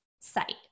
site